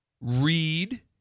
read